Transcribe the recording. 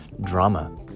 drama